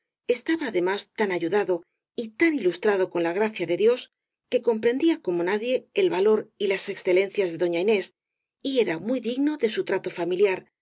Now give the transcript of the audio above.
estaba además tan ayudado y tan ilustrado con la gracia de dios que comprendía como nadie el valor y las excelen cias de doña inés y era muy digno de su trato